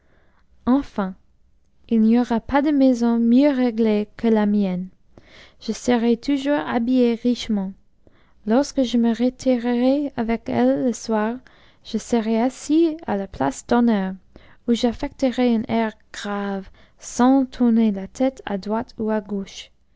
enfin il n'y aura pas de maison mieux réglée que la mienne je serai toujours habinë richement lorsqn je me retirerai avec elle le soir je serai assis a a ptacc d honneur ou j'anecterai un air grave sans tourner la tête à droite ou il gauche